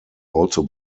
also